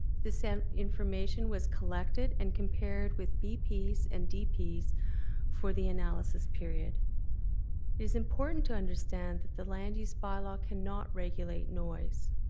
this and information was collected and compared with bps and dps for the analysis period. it is important to understand that the land use bylaw cannot regulate tphroeus.